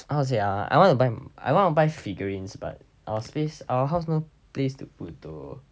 how to say ah I want to buy I wanna buy figurines but our space our house no place to put though